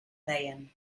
deien